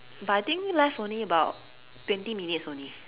but I think left only about twenty minutes only